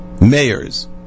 mayors